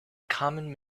common